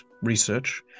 research